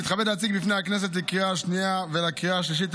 (תיקון), התשפ"ד 2024, לקריאה השנייה והשלישית.